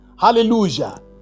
Hallelujah